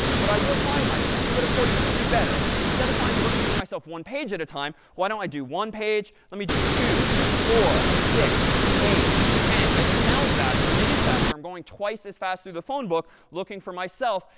but i will find myself. but, of course, we can do better. instead of looking for myself one page at a time, why don't i do one page, let me do two, four, six, eight, ten. it sounds faster and it is faster. i'm going twice as fast through the phone book looking for myself.